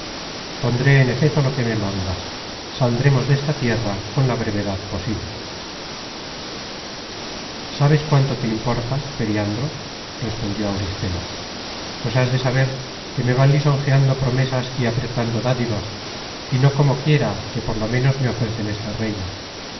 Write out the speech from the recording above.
pondré en efeto lo que me mandas saldremos desta tierra con la brevedad posible sabes cuánto te importa periandro respondió auristela pues has de saber que me van lisonjeando promesas y apretando dádivas y no como quiera que por lo menos me ofrecen este reino